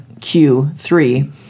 Q3